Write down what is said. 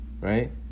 Right